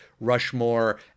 Rushmore